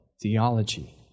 theology